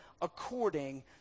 according